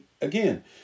again